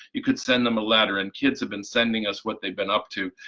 you could send them a letter, and kids have been sending us what they've been up to,